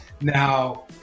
Now